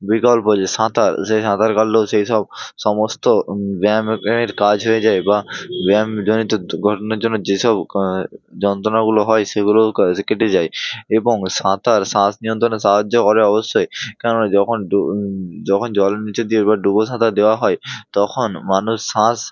বিকল্প যে সাঁতার সে সাঁতার কাটলেও সেই সব সমস্ত ব্যায়াম এর কাজ হয়ে যায় বা ব্যায়ামজনিত দুর্ঘটনার জন্য যেসব যন্ত্রণাগুলো হয় সেগুলোও কা সে কেটে যায় এবং সাঁতার শ্বাস নিয়ন্ত্রণে সাহায্য করে অবশ্যই কেননা যখন ডু যখন জলের নিচে দিয়ে এবার ডুবো সাঁতার দেওয়া হয় তখন মানুষ শ্বাস